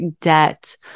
debt